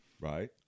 Right